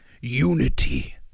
unity